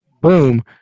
boom